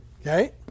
Okay